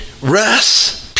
rest